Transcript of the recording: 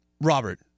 Robert